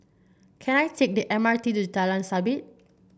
can I take the M R T to Jalan Sabit